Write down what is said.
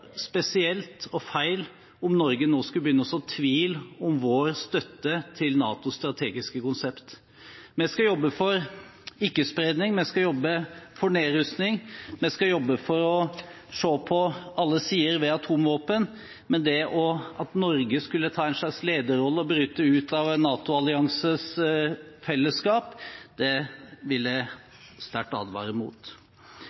spesielt og feil om Norge nå skulle begynne å så tvil om vår støtte til NATOs strategiske konsept. Vi skal jobbe for ikke-spredning, vi skal jobbe for nedrustning, vi skal jobbe for å se på alle sider ved atomvåpen, men det at Norge skulle ta en slags lederrolle og bryte ut av NATO-alliansens fellesskap, vil jeg sterkt advare mot.